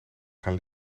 gaan